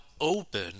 open